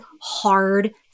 hard